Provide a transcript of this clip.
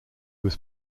was